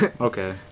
okay